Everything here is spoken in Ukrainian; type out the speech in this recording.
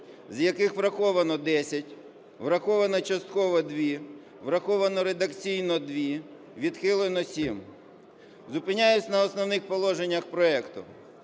З яких враховано 10, враховано частково 2, враховано редакційно 2, відхилено 7. Зупиняюсь на основних положеннях проекту,